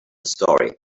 story